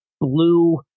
Blue